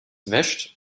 wäscht